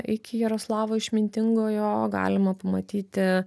iki jaroslavo išmintingojo galima pamatyti